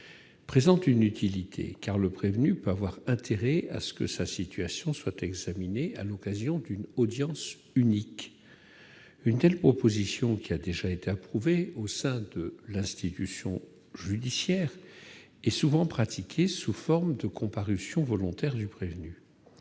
présente une utilité, car le prévenu peut avoir intérêt à ce que sa situation soit examinée à l'occasion d'une audience unique. Une telle proposition, déjà approuvée au sein de l'institution judiciaire, est souvent pratiquée sous la forme d'une comparution volontaire du prévenu.